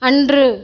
அன்று